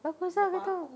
berapa besar satu